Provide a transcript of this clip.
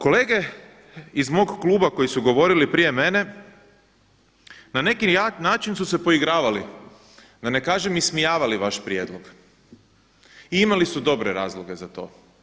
Kolega iz mog kluba koji su govorili prije mene na neki jak način su se poigravali, da ne kažem ismijavali vaš prijedlog i imali su dobre razloge za to.